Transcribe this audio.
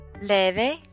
leve